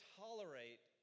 tolerate